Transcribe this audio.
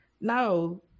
no